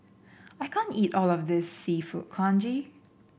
I can't eat all of this seafood congee